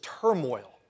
turmoil